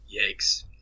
Yikes